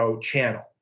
channel